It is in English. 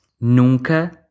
Nunca